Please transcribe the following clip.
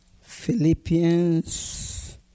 Philippians